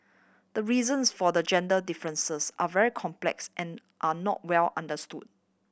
the reasons for the gender differences are very complex and are not well understood